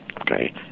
Okay